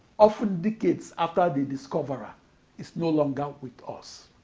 often decades after the discoverer is no longer with us.